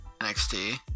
NXT